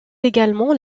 également